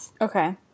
Okay